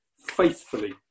faithfully